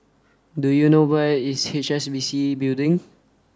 do you know where is H S B C Building